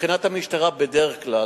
מבחינת המשטרה בדרך כלל,